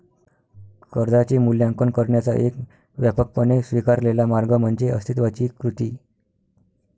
कर्जाचे मूल्यांकन करण्याचा एक व्यापकपणे स्वीकारलेला मार्ग म्हणजे अस्तित्वाची कृती